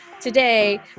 today